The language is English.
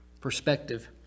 perspective